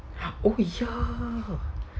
oh ya